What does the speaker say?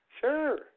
Sure